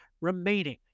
remaining